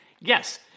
Yes